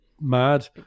mad